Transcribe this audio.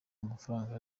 amafaranga